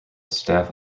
staff